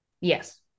Yes